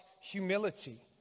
humility